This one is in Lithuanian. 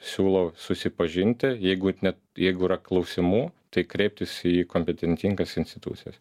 siūlau susipažinti jeigu ne jeigu yra klausimų tai kreiptis į kompetentingas institucijas